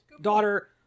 Daughter